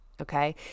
okay